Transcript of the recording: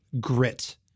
grit